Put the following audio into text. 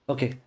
Okay